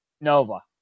Nova